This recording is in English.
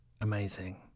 amazing